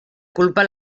culpa